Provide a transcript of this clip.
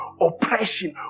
oppression